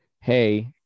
hey